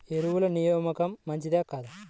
ఎరువుల వినియోగం మంచిదా కాదా?